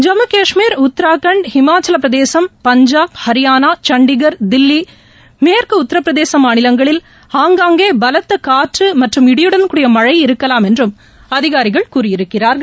ஜம்மு கஷ்மீர் உத்ரகாண்ட் இமாச்சல் பிரதேஷ் பஞ்சாப் ஹரியானா சண்டிகர் தில்லி மேற்கு உத்தரபிரதேஷ் மாநிலங்களில் ஆங்காங்கே பலத்த காற்று மற்றும் இடியுடன் கூடிய மழை இருக்கலாம் என்றும் அதிகாரிகள் கூறியிருக்கிறார்கள்